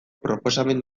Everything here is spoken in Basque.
proposamen